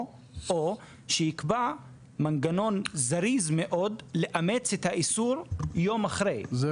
או שיקבע מנגנון זריז מאוד לאמץ את האיסור יום אחרי כן,